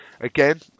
again